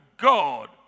God